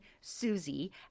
Susie